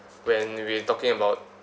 when we're talking about